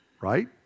Right